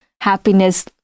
happiness